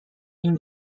این